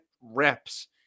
reps